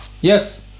Yes